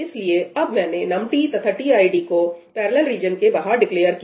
इसलिए अब मैंने num t तथा tid को पैरेलल रीजन के बाहर डिक्लेअर किया